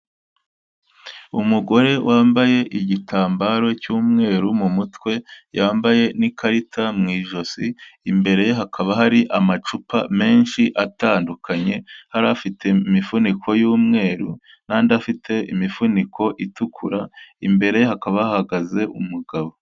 Umugore wambaye igitambaro cy'umweru mu mutwe, yambaye n'ikarita mu ijosi, imbere ye hakaba hari amacupa menshi atandukanye, hari afite imifuniko y'umweru n'andi afite imifuniko itukura, imbere ye hakaba hahagaze umugabo.